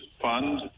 fund